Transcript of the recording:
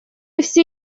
все